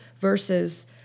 versus